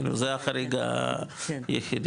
זה החריג היחידי,